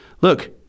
look